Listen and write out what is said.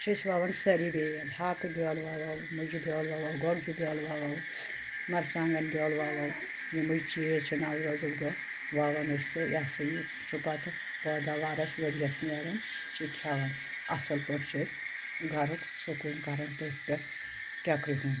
چھِ أسۍ وَوان سٲری بیٚٲلۍ ہاکہٕ بیوٚل وَوَو مُجہِ بیوٚل وَوَو گۄگجہِ بیوٚل وَوَو مرژانٛگن بیوٚل وَوَو یِمٕے چیٖز چھِ نوروزُک دۄہ وَوان أسۍ یا سا یہِ چھُ پتہٕ پٲداوار اَسہِ ؤرۍ یَس نیران چھِ کھیٚوان اَصٕل پٲٹھۍ چھِ أسۍ گرُک سکوٗن کَران تٔتھۍ پٮ۪ٹھ ٹٮ۪کرِ ہُنٛد